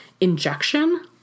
injection